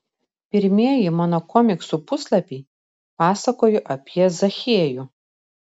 pirmieji mano komiksų puslapiai pasakojo apie zachiejų